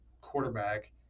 quarterback